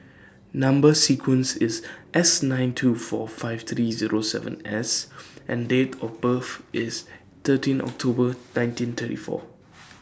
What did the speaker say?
Number sequence IS S nine two four five three Zero seven S and Date of birth IS thirteen October nineteen thirty four